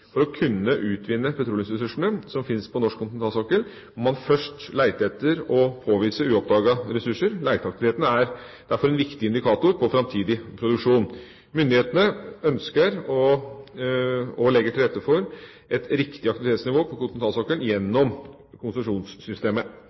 For å kunne utvinne petroleumsressursene som fins på norsk kontinentalsokkel, må man først lete etter og påvise uoppdagede ressurser. Leteaktiviteten er derfor en viktig indikator på framtidig produksjon. Myndighetene ønsker å legge til rette for et riktig aktivitetsnivå på kontinentalsokkelen gjennom konsesjonssystemet.